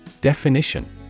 Definition